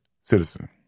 Citizen